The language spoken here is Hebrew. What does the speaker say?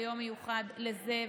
ויום מיוחד לזה,